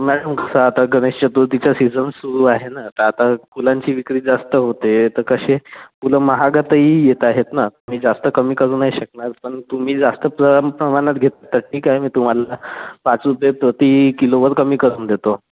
madam कसं आता गणेश चतुर्थीचा सीजन सुरू आहे ना तर आता फुलांची विक्री जास्त होते तर कसे फुलं महागातही येत आहेत ना मी जास्त कमी करू नाही शकणार पण तुम्ही जास्त प्र प्रमाणात घेत आहे तर ठीक आहे मी तुम्हाला पाच रुपये प्रति किलोवर कमी करून देतो